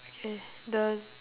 okay the